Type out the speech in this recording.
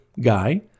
guy